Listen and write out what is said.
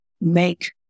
make